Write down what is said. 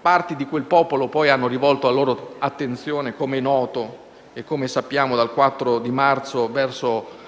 Parti di quel popolo poi hanno rivolto la loro attenzione - come è noto e come sappiamo - dal 4 marzo verso